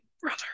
brother